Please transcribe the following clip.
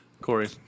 Corey